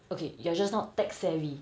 okay you're just not tech savvy